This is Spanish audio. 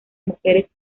mujeres